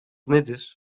nedir